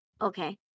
Okay